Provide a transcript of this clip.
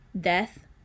Death